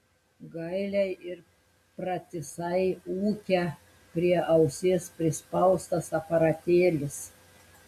gailiai ir pratisai ūkia prie ausies prispaustas aparatėlis